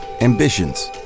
Ambitions